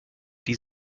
die